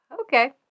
Okay